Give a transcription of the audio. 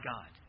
God